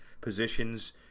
positions